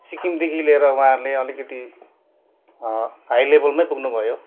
सिक्किमदेखिको लिएर उहाँहरूले अलिकति हाई लेबलमै पुग्नुभयो